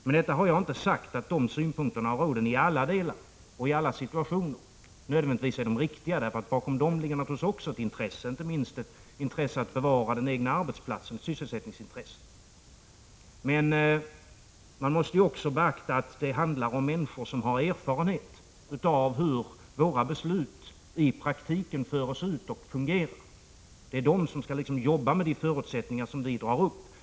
Med detta har jag inte sagt att de synpunkterna i alla delar och i alla situationer nödvändigtvis är de riktiga. Bakom dem ligger naturligtvis också ett intresse, inte minst ett intresse av att bevara den egna arbetsplatsen, ett sysselsättningsintresse. Men man måste också beakta att det handlar om människor som har erfarenhet av hur våra beslut i praktiken förs ut och fungerar. Det är de som skall jobba med de förutsättningar som vi skapar.